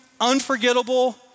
unforgettable